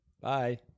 Bye